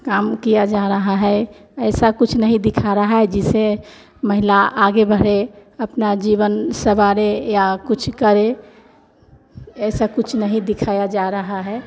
काम किया जा रहा है ऐसा कुछ नहीं दिखा रहा है जिससे महिला आगे बढ़े अपना जीवन सवारे या कुछ करे ऐसा कुछ नहीं दिखाया जा रहा है